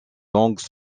langue